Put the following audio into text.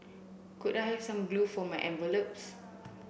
could I have some glue for my envelopes